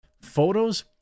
Photos